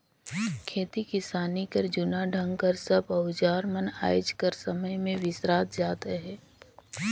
खेती किसानी कर जूना ढंग कर सब अउजार मन आएज कर समे मे बिसरात जात अहे